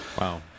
Wow